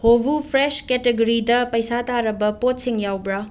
ꯍꯣꯕꯨ fresh ꯀꯦꯇꯒꯔꯤꯗ ꯄꯩꯁꯥ ꯇꯥꯔꯕ ꯄꯣꯠꯁꯤꯡ ꯌꯥꯎꯕ꯭ꯔꯥ